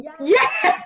yes